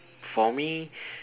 for me